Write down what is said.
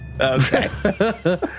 Okay